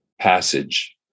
passage